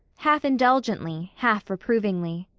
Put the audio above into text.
half-indulgently, half-reprovingly.